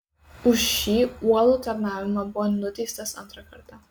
už šį uolų tarnavimą buvo nuteistas antrą kartą